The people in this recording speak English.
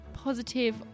positive